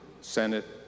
Senate